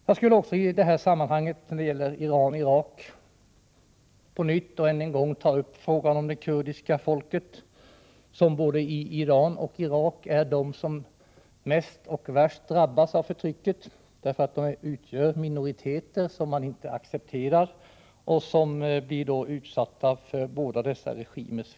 Jag skulle i det här sammanhanget än en gång vilja ta upp frågan om det kurdiska folket. Både i Iran och i Irak är det kurderna som drabbas hårdast av förtrycket, eftersom de utgör en minoritet som inte någon av dessa båda regimer accepterar.